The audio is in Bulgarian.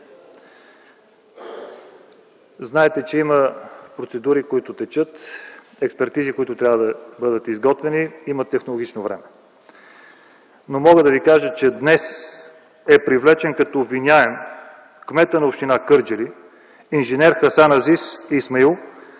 Знаете, че има процедури, които текат, експертизи, които трябва да бъдат изготвени, има технологично време. Но мога да Ви кажа, че днес е привлечен като обвиняем кметът на община Кърджали – инж. Хасан Азис Исмаил,